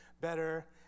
better